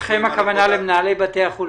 לכם הכוונה למנהלי בתי החולים.